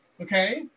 Okay